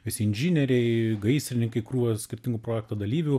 visi inžinieriai gaisrininkai krūva skirtingų projekto dalyvių